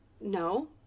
no